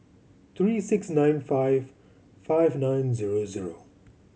three six nine five five nine zero zero